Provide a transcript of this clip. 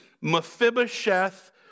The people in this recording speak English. Mephibosheth